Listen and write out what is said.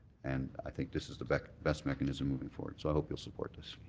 and i think this is the best best mechanism moving forward so i hope you'll support this.